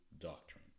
doctrine